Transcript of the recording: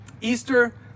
Easter